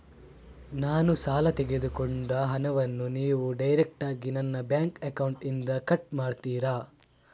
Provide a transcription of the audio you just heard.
ನಾನು ಸಾಲ ತೆಗೆದುಕೊಂಡ ಹಣವನ್ನು ನೀವು ಡೈರೆಕ್ಟಾಗಿ ನನ್ನ ಬ್ಯಾಂಕ್ ಅಕೌಂಟ್ ಇಂದ ಕಟ್ ಮಾಡ್ತೀರಾ?